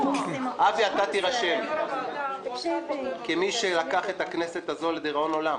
אבי אתה תירשם כמי שלקח את הכנסת הזו לדיראון עולם.